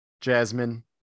jasmine